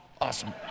awesome